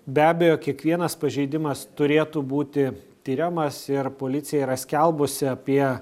be abejo kiekvienas pažeidimas turėtų būti tiriamas ir policija yra skelbusi apie